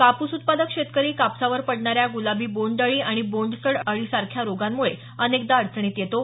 कापूस उत्पादक शेतकरी कापसावर पडणाऱ्या गुलाबी बोंडअळी आणि बोंडसड अळीसारख्या रोगांमुळे अनेकदा अडचणीत येतो